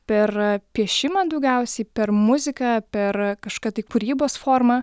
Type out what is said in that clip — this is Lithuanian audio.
per piešimą daugiausiai per muziką per kažkokią tai kūrybos formą